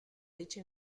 dicha